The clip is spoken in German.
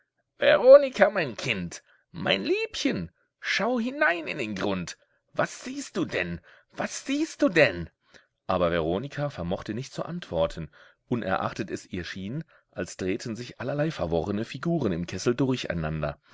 veronika mein kind mein liebchen schau hinein in den grund was siehst du denn was siehst du denn aber veronika vermochte nicht zu antworten unerachtet es ihr schien als drehten sich allerlei verworrene figuren im kessel durcheinander